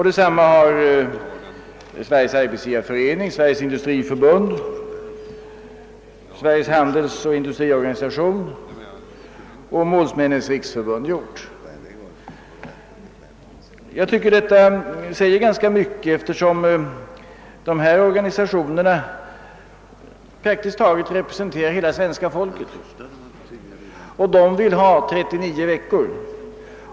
Detsamma har Svenska arbetsgivareföreningen, Sveriges industriförbund, Sveriges hantverksoch industriorganisation och Målsmännens riksförbund gjort. Detta säger ganska mycket, eftersom dessa organisationer representerar praktiskt taget hela svenska folket. De vill alltså ha ett läsår på 39 veckor.